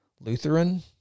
Lutheran